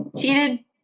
cheated